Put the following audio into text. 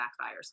backfires